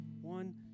One